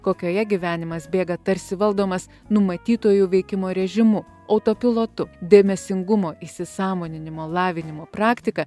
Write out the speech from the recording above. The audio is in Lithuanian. kokioje gyvenimas bėga tarsi valdomas numatyto jų veikimo režimu autopilotu dėmesingumo įsisąmoninimo lavinimo praktika